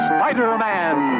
Spider-Man